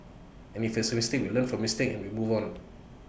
and if it's A mistake we learn from mistakes we move on